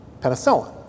Penicillin